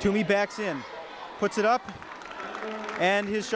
to me backs in puts it up and his